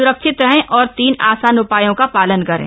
स्रक्षित रहें और तीन आसान उपायों का पालन करें